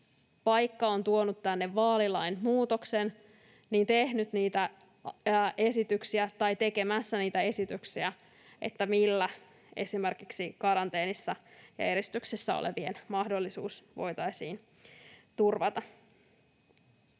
vaikka on tuonut tänne vaalilain muutoksen, tehnyt niitä esityksiä tai tekemässä esityksiä siitä, miten esimerkiksi karanteenissa ja eristyksessä olevien mahdollisuus voitaisiin turvata.